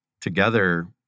together